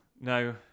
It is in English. No